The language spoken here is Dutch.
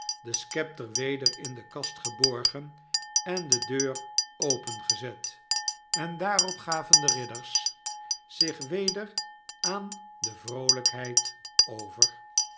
de schepter weder in de kast geborgen en de deur opengezet en daarop gaven de ridders zich weder aan de vroolijkheid over